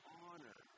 honor